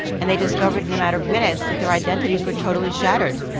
and they discovered in a matter of minutes that their identities were totally shattered.